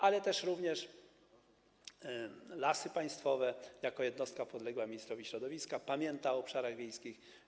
Ale również Lasy Państwowe, jako jednostka podległa ministrowi środowiska, pamiętają o obszarach wiejskich.